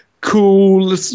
cool